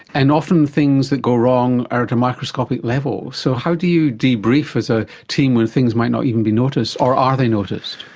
and often things that go wrong are at a microscopic level. so how do you debrief as a team when things might not even be noticed or are they noticed?